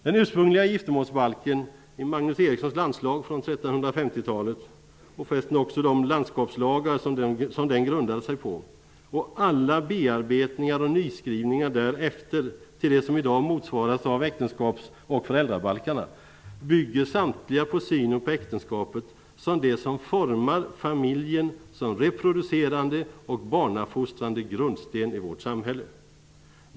Den ursprungliga giftermålsbalken i Magnus Erikssons landslag från 1350-talet, de landskapslagar den grundade sig på, och alla bearbetningar och nyskrivningar därefter, till det som i dag motsvaras av äktenskaps och föräldrabalkarna, bygger samtliga på synen på äktenskapet som det som formar familjen som reproducerande och barnafostrande grundsten i vårt samhälle.